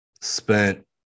Spent